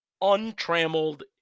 untrammeled